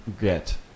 get